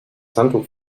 handtuch